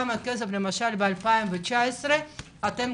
כמה ב-2019 אתם,